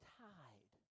tied